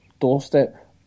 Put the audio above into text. doorstep